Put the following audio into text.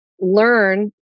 learn